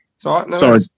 Sorry